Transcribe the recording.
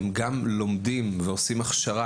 גם לומדים ועושים הכשרה,